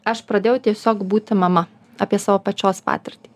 aš pradėjau tiesiog būti mama apie savo pačios patirtį